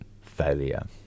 failure